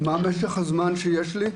מה משך הזמן שיש לי?